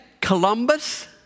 Columbus